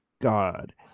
god